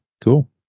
Cool